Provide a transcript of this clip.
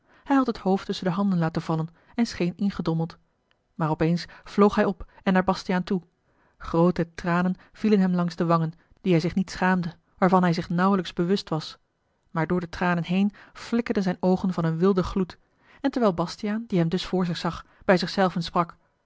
hij had het hoofd tusschen de handen laten vallen en scheen ingedommeld maar op eens vloog hij op en naar bastiaan toe groote tranen vielen hem langs de wangen die hij zich niet schaamde waarvan hij zich nauwelijks bewust was maar door de tranen heen flikkerden zijn oogen van een wilden gloed en terwijl bastiaan die hem dus voor zich zag bij zich zelven sprak